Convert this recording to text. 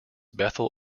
bethel